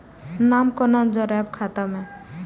नाम कोना जोरब खाता मे